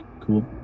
Cool